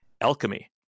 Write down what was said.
alchemy